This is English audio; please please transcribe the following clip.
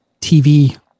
TV